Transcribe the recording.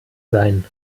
sein